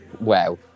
wow